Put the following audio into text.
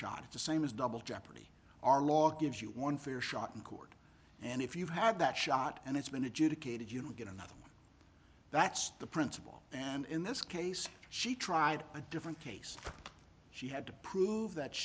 shot at the same as double jeopardy our law gives you one fair shot in court and if you have that shot and it's been adjudicated you don't get another that's the principle and in this case she tried a different case she had to prove that